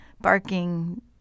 barking